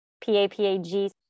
P-A-P-A-G